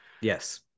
Yes